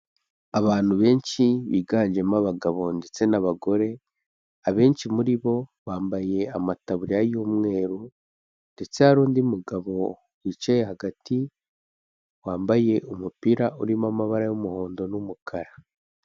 Abantu benshi biganjemo abagabo ndetse n'abagore, abenshi muri bo bambaye amataburiya y'umweru ndetse hari undi mugabo wicaye hagati wambaye umupira urimo amabara y'umuhondo n'umukara.